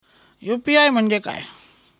UPI म्हणजे काय?